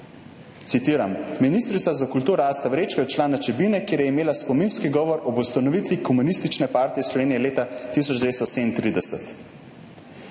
Citiram: »Ministrica za kulturo Asta Vrečko je odšla na Čebine, kjer je imela spominski govor ob ustanovitvi Komunistične partije Slovenije leta 1937.«